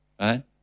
Right